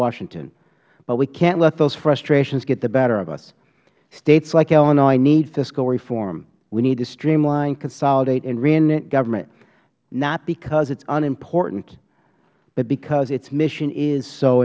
washington but we cant let those frustrations get the better of us states like illinois need fiscal reform we need to streamline consolidate and reinvent government not because it is unimportant but because its mission is so